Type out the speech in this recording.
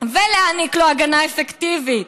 ולהעניק לו הגנה אפקטיבית".